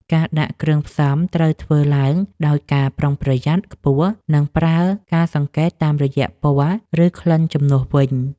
ការដាក់គ្រឿងផ្សំត្រូវធ្វើឡើងដោយការប្រុងប្រយ័ត្នខ្ពស់ និងប្រើការសង្កេតតាមរយៈពណ៌ ឬក្លិនជាជំនួយវិញ។